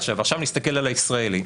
עכשיו נסתכל על הישראלי,